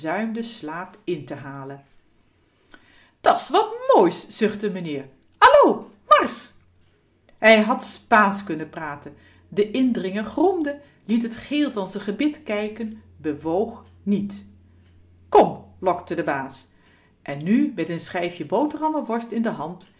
den verzuimden slaap in te halen da's wat moois zuchtte meneer allo marsch hij had spaansch kunnen praten de indringer gromde liet t geel van z'n gebit kijken bewoog niet kom lokte de baas en nu met n schijfje boterhammenworst in de hand